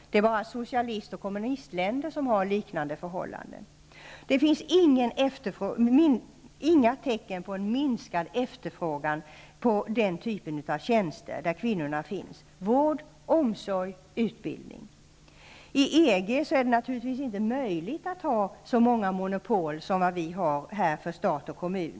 Det är bara kommunist och socialistländer som har liknande förhållanden. Det finns inga tecken på en minskad efterfrågan på den typ av tjänster där kvinnorna arbetar: vård, omsorg och utbildning. I EG är det naturligtvis inte möjligt att ha så många monopol som vi har när det gäller stat och kommun.